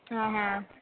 आ हा